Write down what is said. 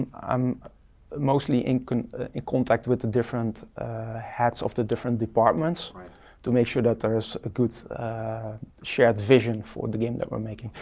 i'm mostly in in contact with the different heads of the different departments to make sure that there is a good shared vision for the game that we're making.